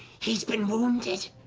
he's been wounded!